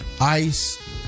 ice